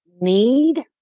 need